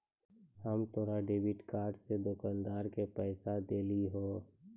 हम तोरा debit card से दुकानदार के पैसा देलिहों